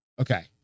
Okay